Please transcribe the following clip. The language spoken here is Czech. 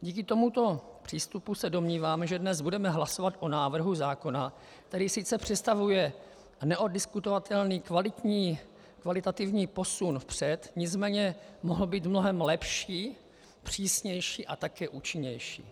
Díky tomuto přístupu se domnívám, že dnes budeme hlasovat o návrhu zákona, který sice představuje neoddiskutovatelný kvalitativní posun vpřed, nicméně mohl být mnohem lepší, přísnější a také účinnější.